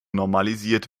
normalisiert